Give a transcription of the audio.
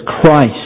Christ